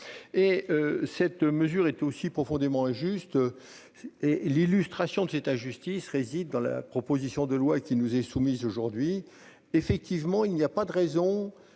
Cette mesure était aussi profondément injuste. L'illustration de cette injustice est apportée par la proposition de loi qui nous est soumise aujourd'hui. En effet, il n'y a pas de raison